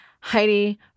Heidi